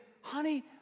honey